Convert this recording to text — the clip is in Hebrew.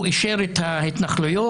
הוא אישר את ההתנחלויות,